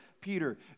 Peter